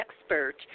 expert